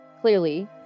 Clearly